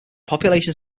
population